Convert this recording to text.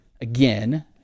again